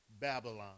Babylon